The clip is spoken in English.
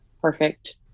perfect